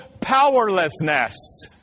powerlessness